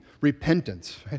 Repentance